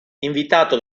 invitato